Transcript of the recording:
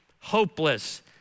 hopeless